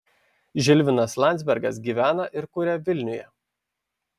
žilvinas landzbergas gyvena ir kuria vilniuje